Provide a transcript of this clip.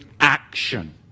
action